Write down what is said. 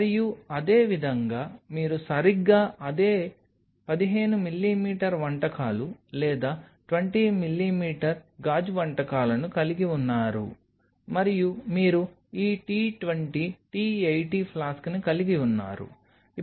మరియు అదేవిధంగా మీరు సరిగ్గా అదే 15 మిమీ వంటకాలు లేదా 20 మిమీ గాజు వంటకాలను కలిగి ఉన్నారు మరియు మీరు ఈ T 20 T 80 ఫ్లాస్క్ని కలిగి ఉన్నారు